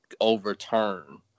overturn